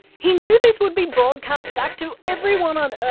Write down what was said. he knew this would be broadcast back to everyone on earth,